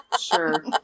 Sure